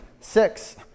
six